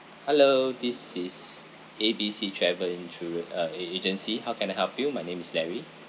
hello this is A_B_C travel insurance uh a~ agency how can help you my name is larry